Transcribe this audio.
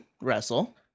wrestle